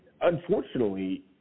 unfortunately